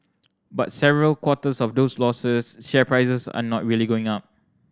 but several quarters of those losses share prices are not really going up